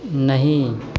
नहि